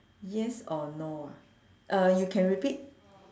yes or no ah uh you can repeat